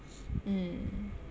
mm